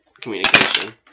communication